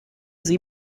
sie